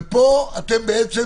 ופה אתם בעצם